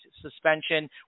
suspension